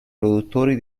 produttori